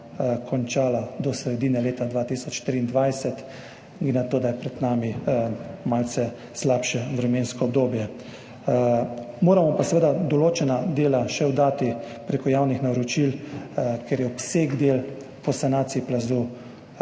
končala do sredine leta 2023, glede na to, da je pred nami malce slabše vremensko obdobje. Moramo pa seveda določena dela še oddati prek javnih naročil, ker je obseg del po sanaciji plazu precej